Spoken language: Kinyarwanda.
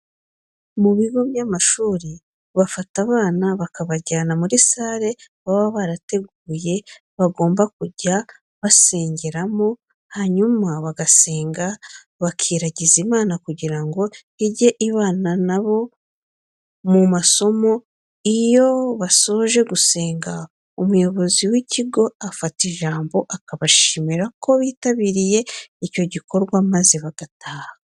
Mu bigo by'amashuri bafata abana bakabajyana muri sare baba barateguye bagomba kujya basengeramo hanyuma bagasenga, bakiragiza Imana kugira ngo ijye ibana na bo mu masomo. Iyo basoje gusenga umuyobozi w'ikigo afata ijambo akabashimira ko bitabiriye icyo gikorwa maze bagataha.